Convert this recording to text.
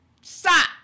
Stop